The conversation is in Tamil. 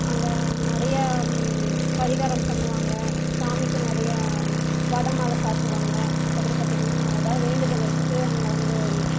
அங்கே நிறைய பரிகாரம் பண்ணுவாங்க சாமிக்கு நிறைய வடை மாலை சாற்றுவாங்க அதுக்கப்புறம் பார்த்திங்கன்னா ஏதாவது வேண்டுதல் வச்சுட்டு அங்கே வந்து